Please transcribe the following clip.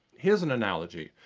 here's an analogy.